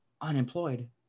unemployed